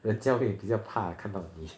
人家会比较怕看到你